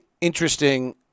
interesting